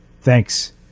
thanks